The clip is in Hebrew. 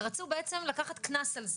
ורצו בעצם לקחת קנס על זה.